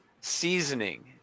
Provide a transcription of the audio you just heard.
seasoning